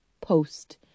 post-